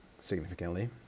significantly